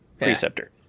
Preceptor